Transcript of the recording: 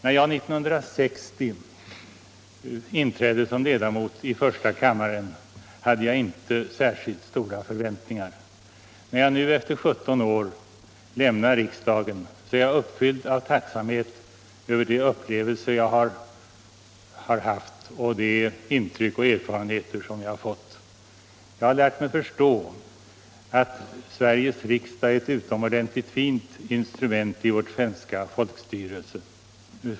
När jag 1960 inträdde som ledamot av första kammaren hade jag inte särskilt stora förväntningar. När jag nu efter nära 17 år lämnar riksdagen är jag uppfylld av tacksamhet över de upplevelser jag har haft och de intryck och erfarenheter jag har fått. Jag har lärt mig förstå att Sveriges riksdag är ett utomordentligt fint instrument i vårt svenska folkstyre.